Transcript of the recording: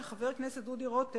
של חבר הכנסת דודו רותם,